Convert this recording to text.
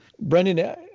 Brendan